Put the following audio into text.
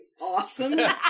awesome